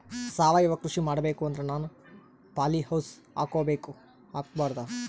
ಸಾವಯವ ಕೃಷಿ ಮಾಡಬೇಕು ಅಂದ್ರ ನಾನು ಪಾಲಿಹೌಸ್ ಹಾಕೋಬೇಕೊ ಹಾಕ್ಕೋಬಾರ್ದು?